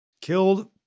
killed